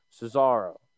Cesaro